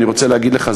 אני רוצה להגיד לך,